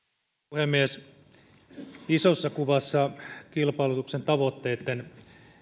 puhemies isossa kuvassa kilpailutuksen tavoitteitten